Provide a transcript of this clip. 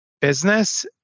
business